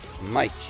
Mike